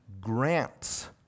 grants